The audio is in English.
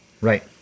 Right